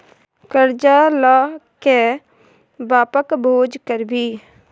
करजा ल कए बापक भोज करभी?